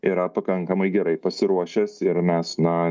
yra pakankamai gerai pasiruošęs ir mes na